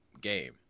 game